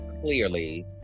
Clearly